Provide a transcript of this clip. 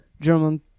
German